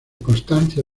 constancia